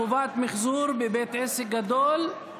חובת מחזור בבית עסק גדול),